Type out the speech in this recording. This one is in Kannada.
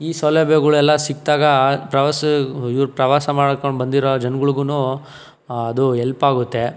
ಈ ಸೌಲಭ್ಯಗಳೆಲ್ಲ ಸಿಕ್ದಾಗ ಪ್ರವಾಸ ಇವರು ಪ್ರವಾಸ ಮಾಡ್ಕೊಂಡು ಬಂದಿರೋ ಜನಗಳಿಗುನೂ ಅದು ಹೆಲ್ಪ್ ಆಗುತ್ತೆ